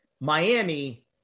Miami